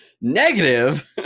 negative